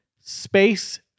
space